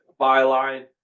byline